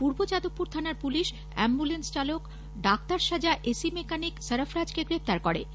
পূর্ব যাদবপুর থানার পুলিশ অ্যাম্বুলেন্স চালক ও ডাক্তার সাজা এসি মেকানিক সরফরাজকে গ্রেপ্তার করেছে